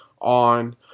on